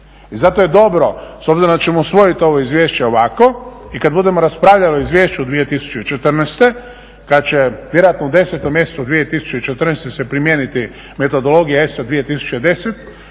I zato je dobro s obzirom da ćemo usvojiti ovo izvješće ovako i kad budemo raspravljali o Izvješću 2014. kad će vjerojatno u 10. mjesecu 2014. se primijeniti metodologija ESA 2010.